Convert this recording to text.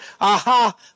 Aha